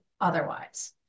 otherwise